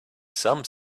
some